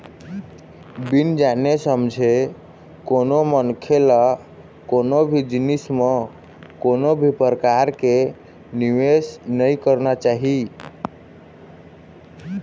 बिन जाने समझे कोनो मनखे ल कोनो भी जिनिस म कोनो भी परकार के निवेस नइ करना चाही